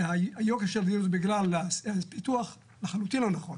שהיוקר של הדיור זה בגלל הפיתוח, לחלוטין לא נכון.